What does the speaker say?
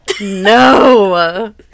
no